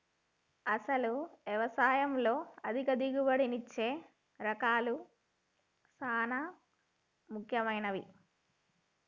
అసలు యవసాయంలో అధిక దిగుబడినిచ్చే రకాలు సాన ముఖ్యమైనవి